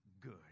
good